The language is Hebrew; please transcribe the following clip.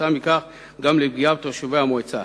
וכתוצאה מכך גם לפגיעה בתושבי המועצה.